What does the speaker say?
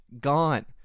Gone